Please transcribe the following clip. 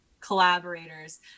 collaborators